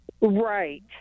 Right